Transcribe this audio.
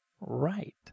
right